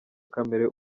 kamere